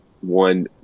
one